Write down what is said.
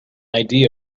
idea